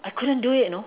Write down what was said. I couldn't do it you know